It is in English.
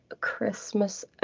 Christmas